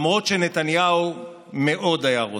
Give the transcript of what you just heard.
למרות שנתניהו מאוד היה רוצה.